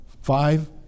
five